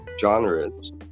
genres